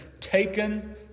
taken